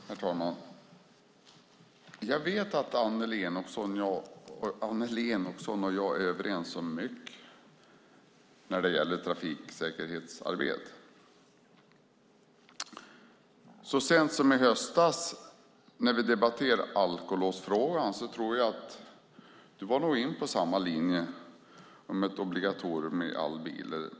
Herr talman! Jag vet att Annelie Enochson och jag är överens om mycket när det gäller trafiksäkerhetsarbetet. Så sent som i höstas när vi debatterade alkolåsfrågan tror jag att du var inne på samma linje om ett obligatorium i alla bilar.